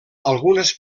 algunes